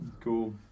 Cool